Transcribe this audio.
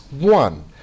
one